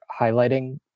highlighting